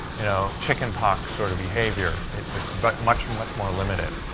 you know, chicken pox sort of behavior. it's it's much, much more limited.